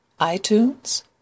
iTunes